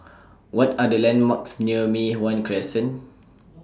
What Are The landmarks near Mei Hwan Crescent